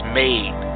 made